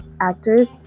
actors